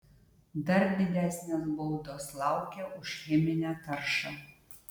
dar didesnės baudos laukia už cheminę taršą